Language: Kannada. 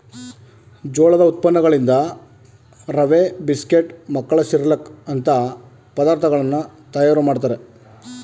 ಜೋಳದ ಉತ್ಪನ್ನಗಳಿಂದ ರವೆ, ಬಿಸ್ಕೆಟ್, ಮಕ್ಕಳ ಸಿರ್ಲಕ್ ಅಂತ ಪದಾರ್ಥಗಳನ್ನು ತಯಾರು ಮಾಡ್ತರೆ